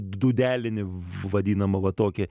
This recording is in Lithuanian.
dūdelinį vadinamą va tokį